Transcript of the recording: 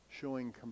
Showing